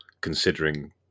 considering